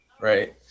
Right